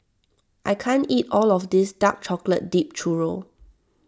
I can't eat all of this Dark Chocolate Dipped Churro